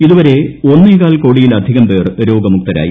ഇതുവരെ ഒന്നേകാൽ കോടിയിലധികം പേർ രോഗമുക്തരായി